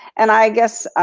and i guess,